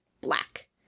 black